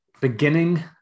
beginning